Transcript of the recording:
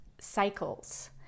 cycles